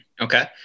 Okay